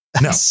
No